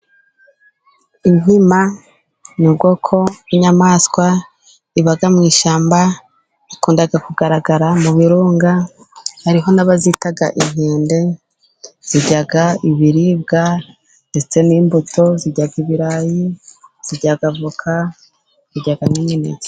Inkima ni ubwoko bw'inyamaswa iba mu ishyamba, ikunda kugaragara mu birunga, hariho n'abazita inkende, zirya ibiribwa ndetse n'imbuto, zirya ibirayi, zirya voka, zirya n'imineke.